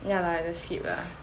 ya lah just skip lah